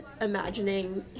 imagining